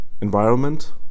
environment